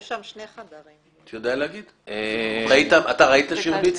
אתה ראית שהרביצו?